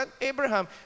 abraham